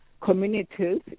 communities